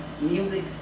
music